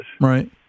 Right